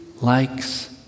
likes